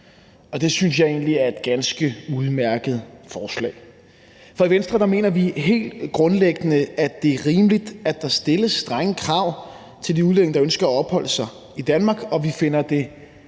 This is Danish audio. Det synes jeg egentlig er et ganske udmærket forslag. For i Venstre mener vi helt grundlæggende, at det er rimeligt, at der stilles strenge krav til de udlændinge, der ønsker at opholde sig i Danmark, og vi finder det